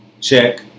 check